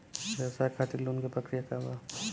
व्यवसाय खातीर लोन के प्रक्रिया का बा?